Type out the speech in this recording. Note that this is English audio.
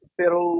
pero